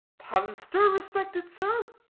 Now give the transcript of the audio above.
punster, respected sir?